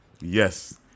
Yes